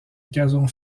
gazon